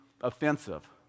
offensive